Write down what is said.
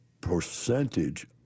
percentage